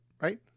right